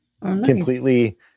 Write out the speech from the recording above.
Completely